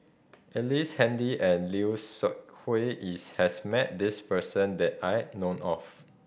Ellice Handy and Lim Seok Hui is has met this person that I know of